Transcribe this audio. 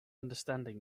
understanding